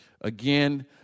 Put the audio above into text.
Again